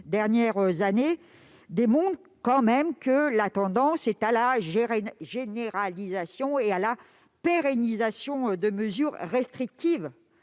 dernières années, démontre que la tendance est à la généralisation et à la pérennisation des mesures restrictives